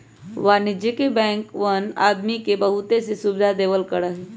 वाणिज्यिक बैंकवन आदमी के बहुत सी सुविधा देवल करा हई